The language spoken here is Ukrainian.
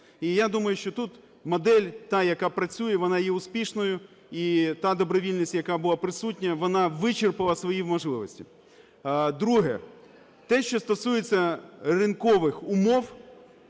І я думаю, що тут модель та, яка працює, вона є успішною, і та добровільність, яка була присутня, вона вичерпала свої можливості. Друге. Те, що стосується ринкових умов